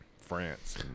France